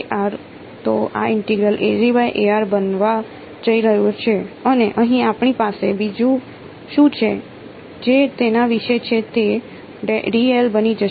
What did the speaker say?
તો આ ઇન્ટેગ્રલ બનવા જઈ રહ્યો છે અને અહીં આપણી પાસે બીજું શું છે જે તેના વિશે છે તે બની જશે